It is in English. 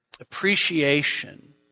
appreciation